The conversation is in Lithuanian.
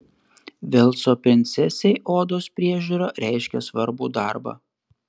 velso princesei odos priežiūra reiškė svarbų darbą